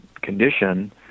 condition